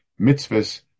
mitzvahs